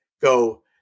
go